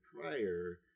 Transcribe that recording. prior